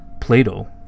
Plato